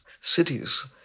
cities